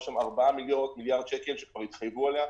יש שם ארבעה מיליארד שקלים שכבר התחייבו עליהם.